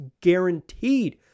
guaranteed